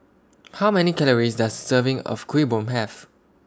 How Many Calories Does A Serving of Kuih Bom Have